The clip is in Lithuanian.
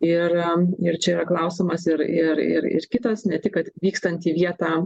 ir ir čia yra klausimas ir ir ir kitas ne tik kad vykstant į vietą